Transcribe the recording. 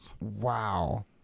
Wow